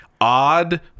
odd